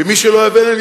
ומי שלא הבין,